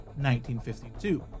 1952